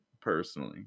personally